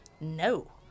No